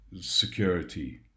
security